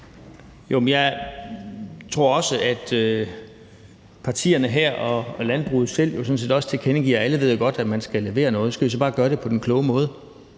Jeg tror, at partierne her og landbruget selv sådan set også tilkendegiver det. Alle ved jo godt, at man skal levere noget. Så skal vi bare gøre det på den kloge måde.